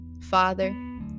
Father